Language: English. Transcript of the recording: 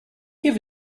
give